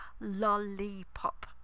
Lollipop